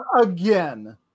Again